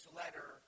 letter